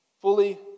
Fully